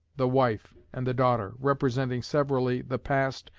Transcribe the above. the wife, and the daughter, representing severally the past,